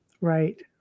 right